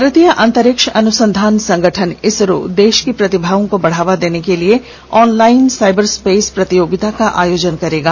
भारतीय अंतरिक्ष अनुसंधान संगठन इसरो देश की प्रतिभाओं को बढ़ावा देने के लिए ऑनलाइन साइबरस्पेस प्रतियोगिता का आयोजन करेगा